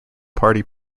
party